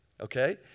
Okay